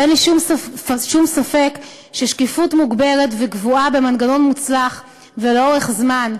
ואין לי שום ספק ששקיפות מוגברת וקבועה במנגנון מוצלח ולאורך זמן,